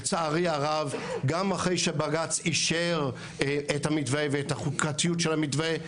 גם אחרי שבג"ץ אישר את המתווה ואת החוקתיות של המתווה,